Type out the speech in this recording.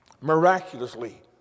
miraculously